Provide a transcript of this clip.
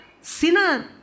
sinner